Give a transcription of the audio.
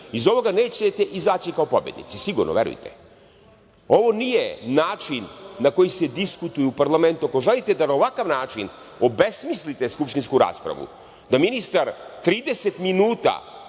ovoga nećete izaći kao pobednici sigurno, verujte. Ovo nije način na koji se diskutuje u parlamentu. Ako želite da na ovakav način obesmislite skupštinsku raspravu, da ministar 30 minuta